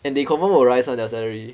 and they confirm will rise orh their salary